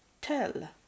tell